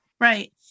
Right